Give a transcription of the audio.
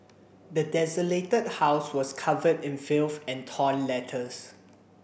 the desolated house was covered in filth and torn letters